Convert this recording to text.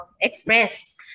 express